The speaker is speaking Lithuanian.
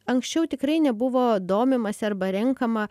anksčiau tikrai nebuvo domimasi arba renkama